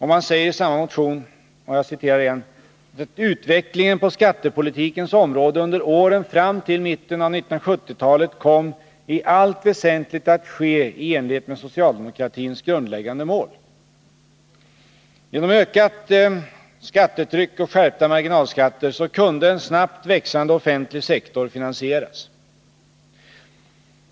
Man säger i samma motion att ”utvecklingen på skattepolitikens område under tiska åtgärder åren fram till mitten av 1970-talet kom ——-— i allt väsentligt att ske i enlighet med socialdemokratins grundläggande mål”. Genom ökat skattetryck och skärpta marginalskatter kunde en snabbt växande offentlig sektor finansieras.